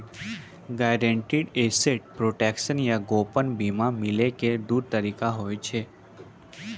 guaranteed asset protection या gap बीमा मिलै के दु तरीका होय छै